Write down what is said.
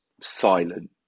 silent